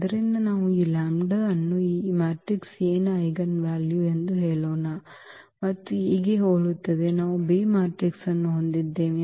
ಆದ್ದರಿಂದ ನಾವು ಈ ಲ್ಯಾಂಬ್ಡಾವನ್ನು ಈ ಮ್ಯಾಟ್ರಿಕ್ಸ್ A ಯ ಐಜೆನ್ವಾಲ್ಯೂ ಎಂದು ಹೇಳೋಣ ಮತ್ತು Aಗೆ ಹೋಲುತ್ತದೆ ನಾವು B ಮ್ಯಾಟ್ರಿಕ್ಸ್ ಅನ್ನು ಹೊಂದಿದ್ದೇವೆ